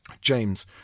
James